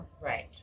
Right